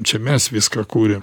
čia mes viską kuriam